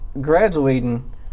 graduating